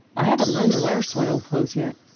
i haven't learned to wear soiled clothes yet.